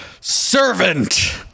Servant